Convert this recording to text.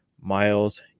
miles